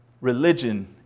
Religion